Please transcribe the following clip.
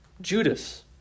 Judas